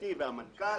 המשפטי והמנכ"ל,